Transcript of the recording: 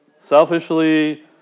Selfishly